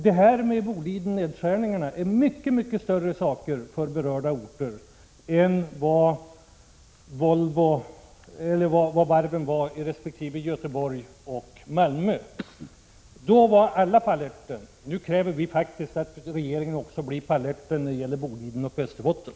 Detta med nedskärningarna för Boliden är mycket större ingrepp för berörda orter än vad nedläggningarna av varven var för Göteborg resp. Malmö. Då var alla på alerten. Nu kräver vi faktiskt att regeringen är på alerten också när det gäller Boliden och Västerbotten.